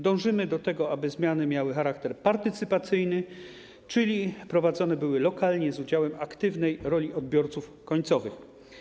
Dążymy do tego, aby zmiany miały charakter partycypacyjny, czyli były prowadzone lokalnie, z uwzględnieniem aktywnej roli odbiorców końcowych.